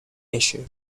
issue